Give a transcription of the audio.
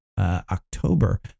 October